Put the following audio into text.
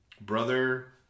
Brother